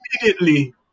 immediately